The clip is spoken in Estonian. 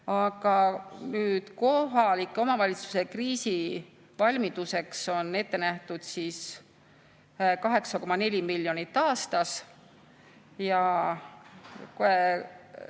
Aga kohaliku omavalitsuse kriisivalmiduseks on ette nähtud 8,4 miljonit aastas ja